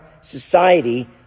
society